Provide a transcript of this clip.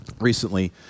recently